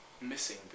missing